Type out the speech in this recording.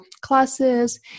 classes